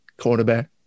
quarterback